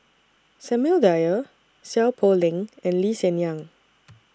Samuel Dyer Seow Poh Leng and Lee Hsien Yang